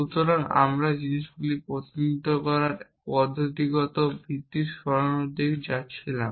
সুতরাং আমরা জিনিসগুলির প্রতিনিধিত্ব করার পদ্ধতিগত ভিত্তি সরানোর দিকে যাচ্ছিলাম